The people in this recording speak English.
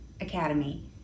Academy